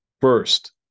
First